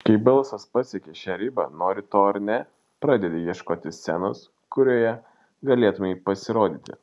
kai balsas pasiekia šią ribą nori to ar ne pradedi ieškoti scenos kurioje galėtumei pasirodyti